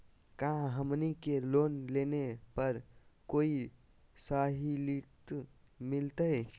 का हमनी के लोन लेने पर कोई साहुलियत मिलतइ?